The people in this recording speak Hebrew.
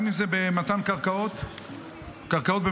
גם אם זה במתן קרקעות במכרזים,